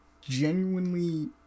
genuinely